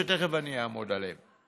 שתכף אני אעמוד עליהם.